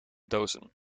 dozen